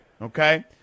okay